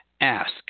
Ask